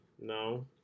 No